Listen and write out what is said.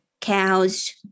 cows